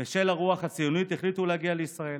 בשל הרוח הציונית החליטו להגיע לישראל.